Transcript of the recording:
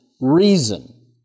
reason